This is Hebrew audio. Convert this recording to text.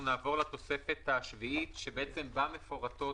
שנעבור לתוספת השביעית שבה מפורטות